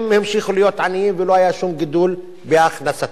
המשיכו להיות עניים ולא היה שום גידול בהכנסתם.